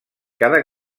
cada